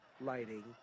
lighting